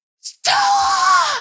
Stella